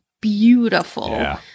beautiful